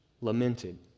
Lamented